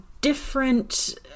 different